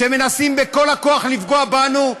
שמנסים בכל הכוח לפגוע בנו,